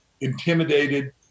intimidated